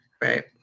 right